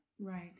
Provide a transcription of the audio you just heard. right